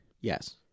yes